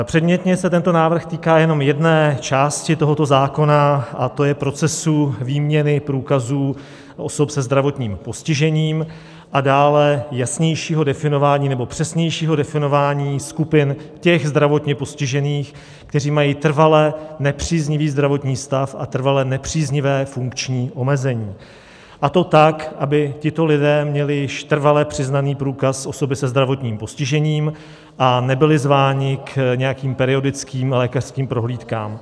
Předmětně se tento návrh týká jenom jedné části tohoto zákona, a to je procesu výměny průkazů osob se zdravotním postižením a dále jasnějšího nebo přesnějšího definování skupin těch zdravotně postižených, kteří mají trvale nepříznivý zdravotní stav a trvale nepříznivé funkční omezení, a to tak, aby tito lidé měli již trvale přiznaný průkaz osoby se zdravotním postižením a nebyli zváni k nějakým periodickým lékařským prohlídkám.